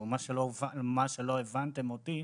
או מה שלא הבנתם אותי,